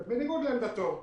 בניגוד לעמדתו,